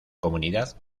comunidad